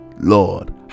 Lord